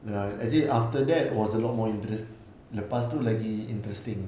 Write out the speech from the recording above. ah actually after that was a lot more interest lepas itu lagi interesting